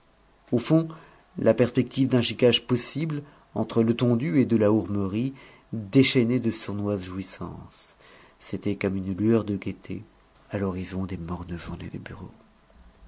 au fond la perspective d'un chiquage possible entre letondu et de la hourmerie déchaînait de sournoises jouissances c'était comme une lueur de gaîté à l'horizon des mornes journées de bureau